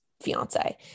fiance